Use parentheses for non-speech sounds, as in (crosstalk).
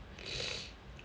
(breath)